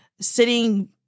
sitting